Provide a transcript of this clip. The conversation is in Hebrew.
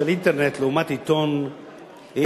של אינטרנט לעומת עיתון היא,